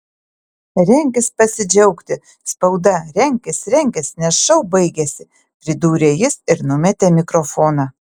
renkis pasidžiaugti spauda renkis renkis nes šou baigėsi pridūrė jis ir numetė mikrofoną